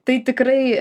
tai tikrai